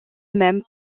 même